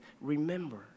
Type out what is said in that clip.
remember